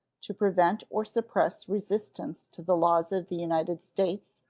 to prevent or suppress resistance to the laws of the united states,